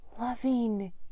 loving